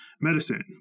medicine